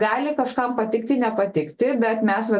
gali kažkam patikti nepatikti bet mes va